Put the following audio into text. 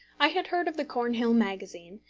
i had heard of the cornhill magazine,